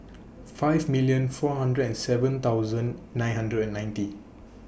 five million four hundred and seven thousand nine hundred and ninety